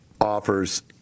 offers